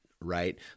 right